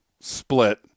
split